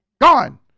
Gone